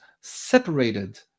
separated